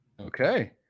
Okay